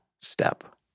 step